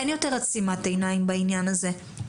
אין יותר עצימת עיניים בעניין הזה.